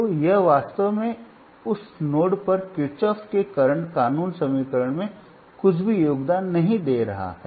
तो यह वास्तव में उस नोड पर किरचॉफ के करंट कानून समीकरण में कुछ भी योगदान नहीं दे रहा है